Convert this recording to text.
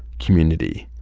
community,